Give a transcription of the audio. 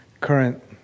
current